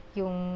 yung